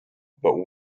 but